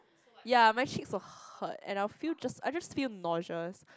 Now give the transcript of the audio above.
ya my cheeks will hurt and I feel just I just feel nauseous